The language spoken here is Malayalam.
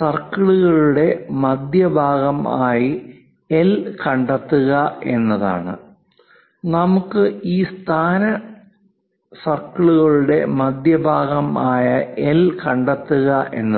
സർക്കിളുകളുടെ മധ്യഭാഗം ആയ എൽ കണ്ടെത്തുക എന്നതാണ്